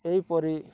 ଏହିପରି